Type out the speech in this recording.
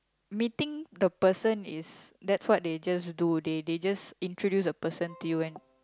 meeting the person is that's what they just do they they just introduce a person to you and